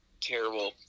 terrible